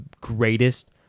greatest